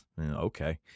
Okay